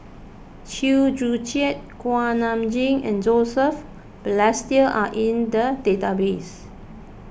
Chew Joo Chiat Kuak Nam Jin and Joseph Balestier are in the database